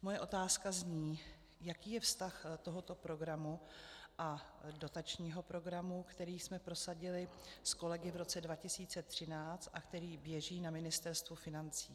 Moje otázka zní, jaký je vztah tohoto programu a dotačního programu, který jsme prosadili s kolegy v roce 2013 a který běží na Ministerstvu financí.